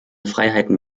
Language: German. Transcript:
freiheiten